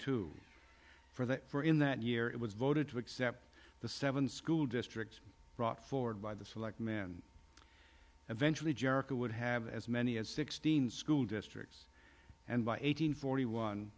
two for the for in that year it was voted to accept the seven school districts brought forward by the select men eventually jericho would have as many as sixteen school districts and by eight hundred forty one